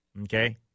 Okay